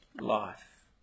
life